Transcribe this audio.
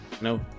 No